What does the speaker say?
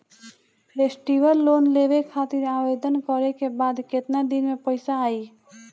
Festival loan लेवे खातिर आवेदन करे क बाद केतना दिन म पइसा आई?